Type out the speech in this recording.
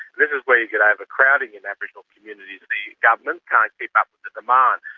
this is where you get overcrowding in aboriginal communities. the government can't keep up with the demand.